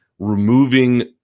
removing